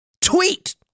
Tweet